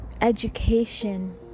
education